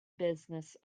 business